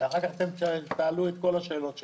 ואחר כך תעלו את כל השאלות שלכם.